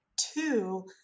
two